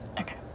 Okay